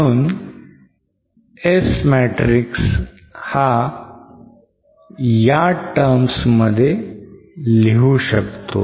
म्हणून S matrix हा ह्या terms मध्ये लिहू शकतो